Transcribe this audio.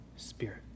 spirit